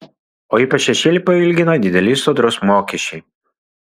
o ypač šešėlį pailgina dideli sodros mokesčiai